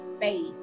faith